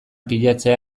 pilatzea